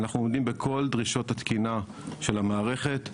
אנחנו עומדים בכל דרישות התקינה של המערכת,